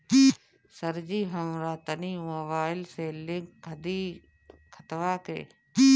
सरजी हमरा तनी मोबाइल से लिंक कदी खतबा के